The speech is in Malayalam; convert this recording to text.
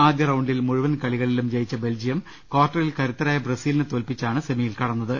ആദ്യറൌണ്ടിൽ മുഴുവൻ കളി കളിലും ജയിച്ച ബൽജിയം കാർട്ടറിൽ കരുത്തരായ ബ്രസീലിനെ തോല്പി ച്ചാണ് സെമിയിൽ കടന്നത്